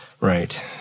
Right